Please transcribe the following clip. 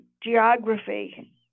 geography